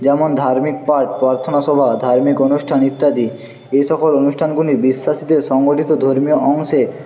যেমন ধার্মিক পাঠ প্রার্থনাসভা ধার্মিক অনুষ্ঠান ইত্যাদি এই সকল অনুষ্ঠানগুলি বিশ্বাসীদের সংগঠিত ধর্মীয় অংশে